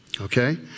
Okay